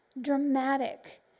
dramatic